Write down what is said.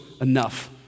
enough